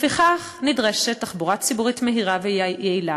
לפיכך, נדרשת תחבורה ציבורית מהירה ויעילה,